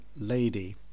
Lady